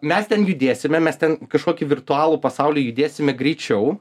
mes ten judėsime mes ten kažkokį virtualų pasaulį judėsime greičiau